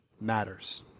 matters